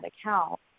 account